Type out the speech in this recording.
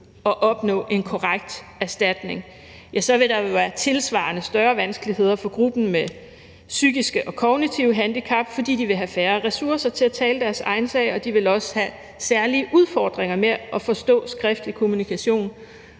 at opnå en korrekt erstatning, vil der være tilsvarende større vanskeligheder for gruppen med psykiske og kognitive handicap, fordi de vil have færre ressourcer til at tale deres egen sag, og de vil også have særlige udfordringer med at forstå skriftlig kommunikation.